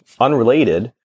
unrelated